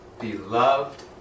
beloved